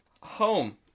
Home